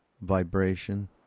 vibration